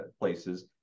places